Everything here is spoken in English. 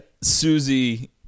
Susie